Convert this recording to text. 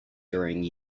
during